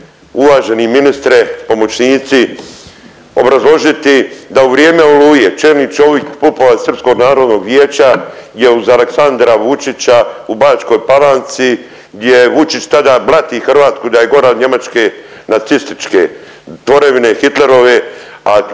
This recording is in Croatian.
uvaženi ministre, pomoćnici obrazložiti da u vrijeme Oluje čelni čovik Pupovac Srpskog narodnog vijeća je uz Aleksandra Vučića u Bačkoj Palanci gdje Vučić tada blati Hrvatsku da je gora od Njemačke nacističke tvorevine Hitlerove, a vaš